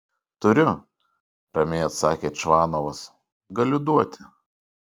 turiu ramiai atsakė čvanovas galiu duoti